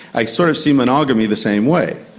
i sort of see monogamy the same way.